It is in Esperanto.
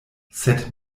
sed